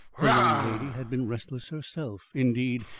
the landlady had been restless herself. indeed,